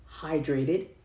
hydrated